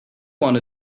want